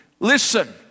Listen